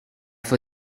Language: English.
for